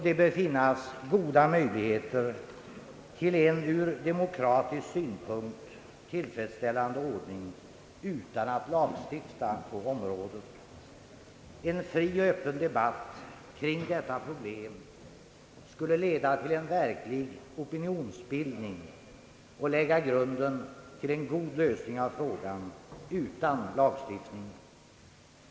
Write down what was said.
Det bör finnas goda möjligheter till en ur demokratisk synpunkt = tillfredsställande ordning utan att lagstifta på området. En fri och öppen debatt kring detta problem skulle leda till en verklig opinionsbildning och lägga grunden till en god lösning av frågan utan lagstiftning.